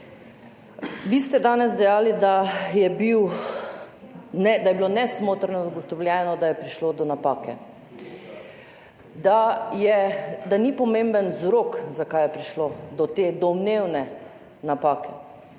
Vi ste danes dejali, da je bilo nesporno ugotovljeno, da je prišlo do napake, da ni pomemben vzrok, zakaj je prišlo do te domnevne napake.